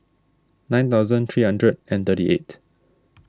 nine thousand three hundred and thirty eight